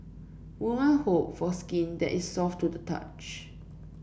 women hope for skin that is soft to the touch